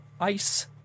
ice